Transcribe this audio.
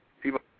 People